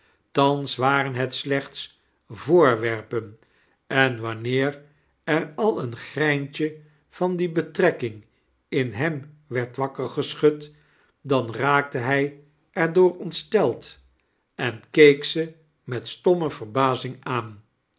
thans waren het slechts voorwerpen en wanneer er al een greintje van die betrekking in hem werd wakker geschud dan raakte hij er door ontsteld en keek ze met stomme verbazing aan